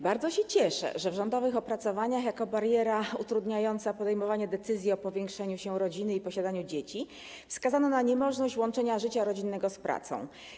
Bardzo się cieszę, że w rządowych opracowaniach jako barierę utrudniającą podejmowanie decyzji o powiększeniu rodziny i posiadaniu dzieci wskazano niemożność łączenia życia rodzinnego z pracą.